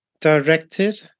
directed